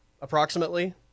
approximately